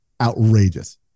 outrageous